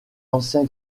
ancien